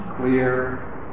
clear